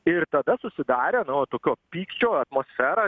ir tada susidarė nu o tokio pykčio atmosfera